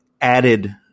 added